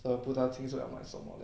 和不太清楚要买什么 leh